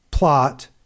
plot